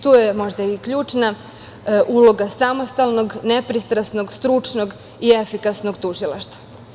Tu je možda i ključna uloga samostalnog, nepristrasnog, stručnog i efikasnog tužilaštva.